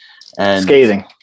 Scathing